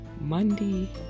Monday